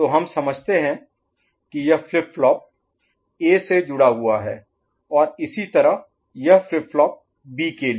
तो हम समझते हैं कि यह फ्लिप फ्लॉप ए से जुड़ा हुआ है और इसी तरह यह फ्लिप फ्लॉप बी के लिए